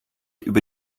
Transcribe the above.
über